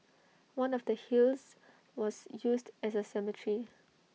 one of the hills was used as A cemetery